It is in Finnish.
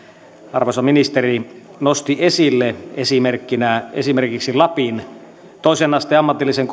arvoisa ministeri nosti esille esimerkkinä lapin toisen asteen ammatillisen